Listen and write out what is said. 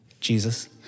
Jesus